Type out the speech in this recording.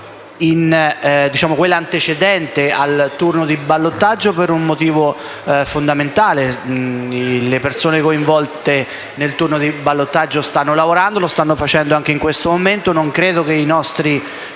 quella antecedente al turno di ballottaggio, per un motivo fondamentale: le persone coinvolte nel turno di ballottaggio stanno lavorando, lo stanno facendo anche in questo momento e non credo che i nostri